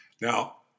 Now